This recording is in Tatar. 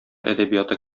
әдәбияты